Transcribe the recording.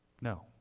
No